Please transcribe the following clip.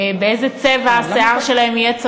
באיזה צבע השיער שלהם יהיה צבוע,